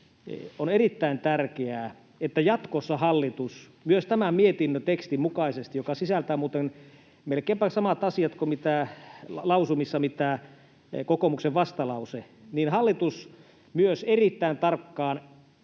on erittäin tärkeää, että jatkossa hallitus myös tämän mietinnön tekstin mukaisesti, jonka lausumat sisältävät muuten melkeinpä samat asiat kuin kokoomuksen vastalause, erittäin tarkkaan